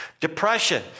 depression